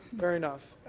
fair enough.